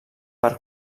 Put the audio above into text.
per